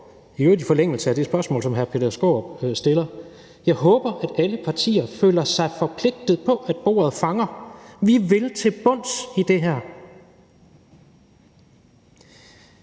i øvrigt i forlængelse af det spørgsmål, som hr. Peter Skaarup stillede – at alle partier føler sig forpligtet på, at bordet fanger, at vi vil til bunds i det her.